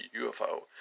UFO